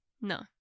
No